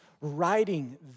writing